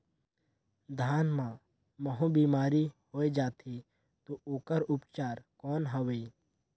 धान मां महू बीमारी होय जाथे तो ओकर उपचार कौन हवे?